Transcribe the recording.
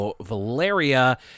Valeria